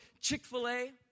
Chick-fil-A